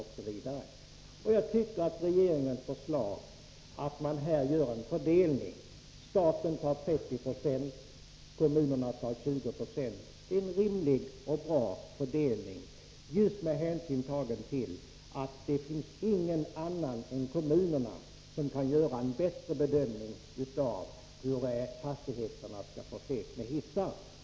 Jag tycker att man med regeringens förslag, att göra en fördelning så att staten bidrar med 30 76 och kommunerna med 20 96, får en rimlig och bra fördelning, just med hänsyn till att det inte finns någon som bättre än kommunerna kan göra en bedömning av vilka fastigheter som skall förses med hissar.